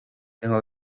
tengo